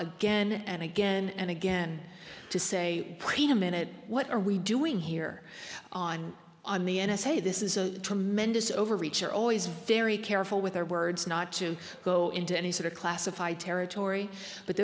again and again and again to say wait a minute what are we doing here on on the n s a this is a tremendous overreach are always very careful with their words not to go into any sort of classified territory but